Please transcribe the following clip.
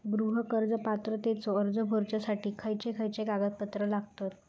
गृह कर्ज पात्रतेचो अर्ज भरुच्यासाठी खयचे खयचे कागदपत्र लागतत?